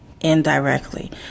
indirectly